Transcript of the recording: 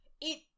it-